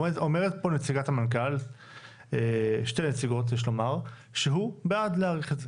אומרות פה שתי נציגות של המנכ"ל שהוא בעד להאריך את זה.